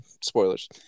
Spoilers